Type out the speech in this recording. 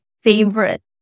favorite